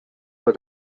for